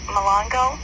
Malongo